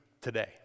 today